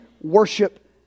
worship